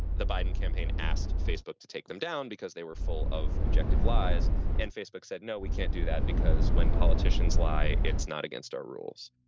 the biden campaign asked facebook to take them down because they were full of objective lies and facebook said, no, we can't do that, because when politicians lie, it's not against our rules